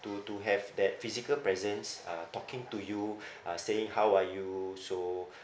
to to have that physical presence uh talking to you uh saying how are you so